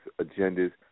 agendas